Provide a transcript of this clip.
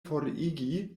forigi